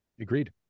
Agreed